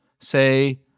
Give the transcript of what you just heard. say